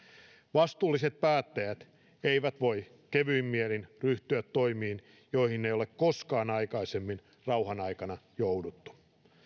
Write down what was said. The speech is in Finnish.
vastuulliset päättäjät eivät voi kevyin mielin ryhtyä toimiin joihin ei ole koskaan aikaisemmin rauhan aikana jouduttu